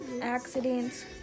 accidents